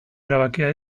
erabakia